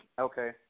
okay